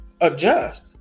adjust